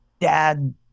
Dad